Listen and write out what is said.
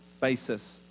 basis